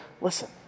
listen